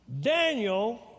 Daniel